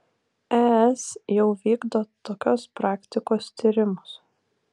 es jau vykdo tokios praktikos tyrimus